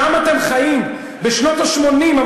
שם אתם חיים, בשנות ה-80.